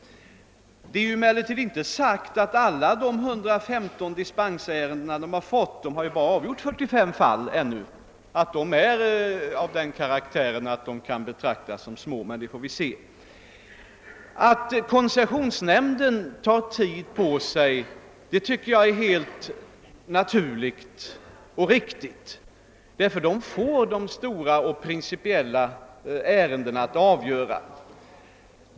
Det är emellertid inte sagt att alla de 115 dispensärenden som verket har fått — det har ju bara avgjort 45 fall ännu — är av den karaktären att de kan betraktas som små, men det får vi se. Att koncessionsnämnden tar tid på sig tycker jag är helt naturligt och riktigt, därför att den får de stora och principiella ärendena att avgöra.